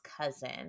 cousin